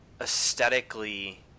aesthetically